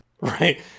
Right